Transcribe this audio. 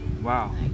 Wow